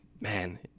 man